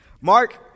Mark